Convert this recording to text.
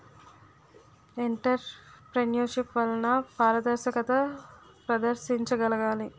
entrepreneurship వలన పారదర్శకత ప్రదర్శించగలగాలి